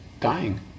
dying